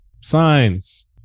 Signs